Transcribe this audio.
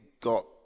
got